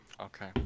Okay